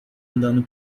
andando